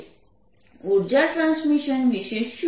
ERn1 n2n1n2EI ET2n1n1n2EI ઉર્જા transmission વિશે શું